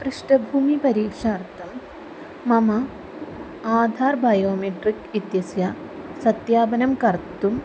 पृष्टभूमिपरीक्षार्थं मम Aadhaar biometric इत्यस्य सत्यापनं कर्तुं